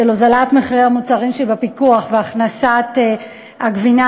של הוזלת מחירי המוצרים שבפיקוח והכנסת הגבינה